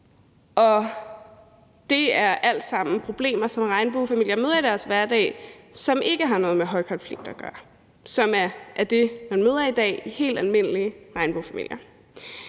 sammen problemer, som regnbuefamilier møder i deres hverdag, og som ikke har noget med højkonflikter at gøre. Det er det, helt almindelige regnbuefamilier